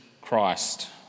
Christ